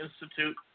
Institute